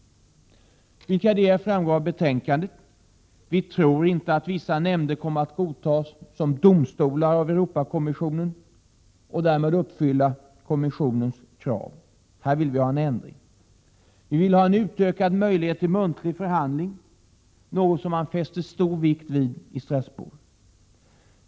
Vilka de är framgår av betänkandet. Vi tror inte att vissa nämnder kommer att godtas som ”domstolar” av Europakommissionen och därmed uppfylla konventionens krav. Här vill vi ha en ändring. Vi vill ha en utökad möjlighet till muntlig förhandling, något som man fäster stor vikt vid i Strasbourg.